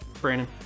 Brandon